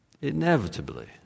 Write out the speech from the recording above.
Inevitably